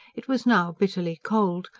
it was now bitterly cold,